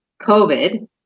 COVID